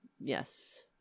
Yes